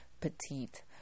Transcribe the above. petite